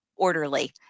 orderly